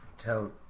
tell